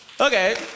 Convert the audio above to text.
Okay